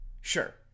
Sure